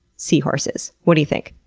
seahorses. what do you think?